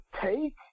take